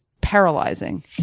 paralyzing